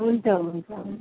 हुन्छ हुन्छ हुन्छ